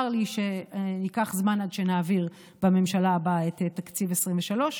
צר לי שייקח זמן עד שנעביר בממשלה הבאה את תקציב 2023,